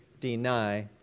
deny